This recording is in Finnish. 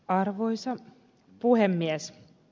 arvoisa puhemies